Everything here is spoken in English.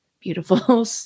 beautiful